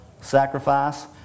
sacrifice